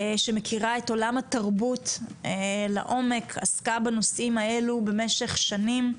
שמכירה את עולם התרבות לעומק ועסקה בנושאים הללו במשך שנים.